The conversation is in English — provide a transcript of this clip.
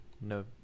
No